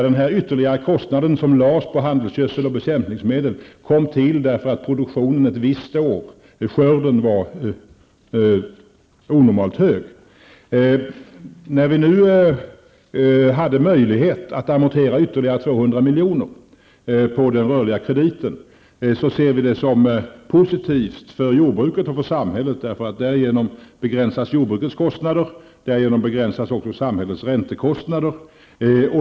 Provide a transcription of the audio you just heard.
Den ytterligare kostnad som lades på handelsgödsel och bekämpningsmedel kom till därför att skörden ett visst år var onormalt stor. När vi nu hade möjlighet att amortera ytterligare 200 miljoner på den rörliga krediten, så ser vi det som positivt för jordbruket och för samhället. Därigenom begränsas nämligen jordbrukets kostnader, och därigenom begränsas även samhällets räntekostnader.